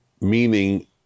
meaning